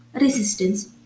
resistance